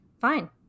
Fine